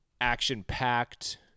action-packed